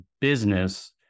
business